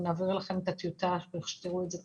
נעביר אליכם גם את הטיוטה כדי שתראו את זה קודם.